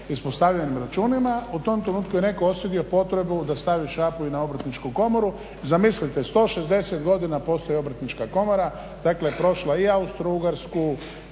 ispostavljenim računima u tom trenutku je osjetio potrebu da stavi šaku i na obrtničku komoru. Zamislite 160 godina postoji obrtnička komora, dakle prošla je i Austougarsku